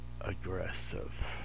Aggressive